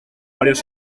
varios